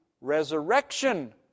resurrection